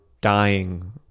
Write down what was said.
dying